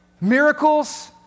miracles